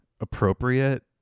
appropriate